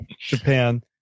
Japan